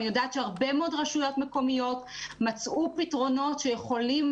אני יודעת שהרבה מאוד רשויות מקומיות מצאו פתרונות שיכולים